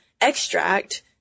extract